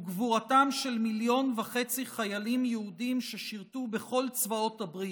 הוא גבורתם של מיליון וחצי חיילים יהודים ששירתו בכל צבאות הברית,